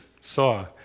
saw